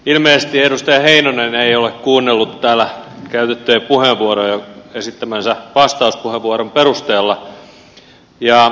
ilmeisesti edustaja heinonen ei ole kuunnellut täällä käytettyjä puheenvuoroja hänen esittämästään vastauspuheenvuorosta päätellen